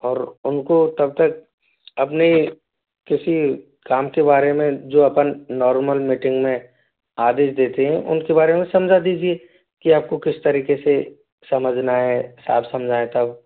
और उनको तब तक अपने किसी काम के बारे में जो अपन नॉर्मल मीटिंग में आदेश देते हैं उनके बारे में समझा दीजिए कि आपको किस तरीके से समझना है साहब समझाएं तब